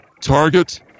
Target